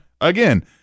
Again